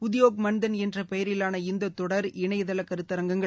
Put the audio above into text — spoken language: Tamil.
உத்யோக் மன்தன் என்ற பெயரிலான இந்த தொடர் இணையதள கருத்தரங்கங்கள்